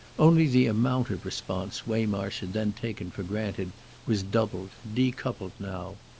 only the amount of response waymarsh had then taken for granted was doubled, decupled now.